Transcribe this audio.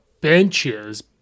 benches